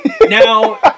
now